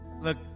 Look